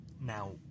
now